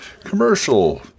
Commercial